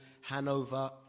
Hanover